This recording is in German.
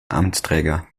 amtsträger